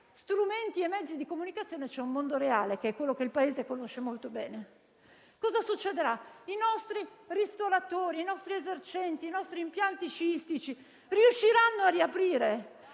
strumenti e mezzi di comunicazione e c'è un mondo reale che è quello che il Paese conosce molto bene. Cosa succederà? I nostri ristoratori, i nostri esercenti, i nostri impianti sciistici riusciranno a riaprire?